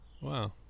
Wow